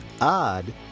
odd